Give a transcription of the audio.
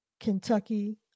Kentucky